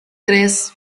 tres